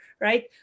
right